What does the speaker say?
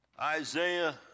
Isaiah